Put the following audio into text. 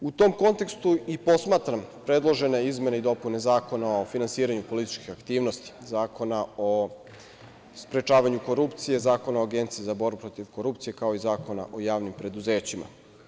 U tom kontekstu i posmatram predložene izmene i dopune Zakona za finansiranje političke aktivnosti, Zakona o sprečavanju korupcije, Zakona o Agenciji za borbu protiv korupcije, kao i Zakona o javnim preduzećima.